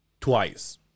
twice